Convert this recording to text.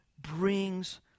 brings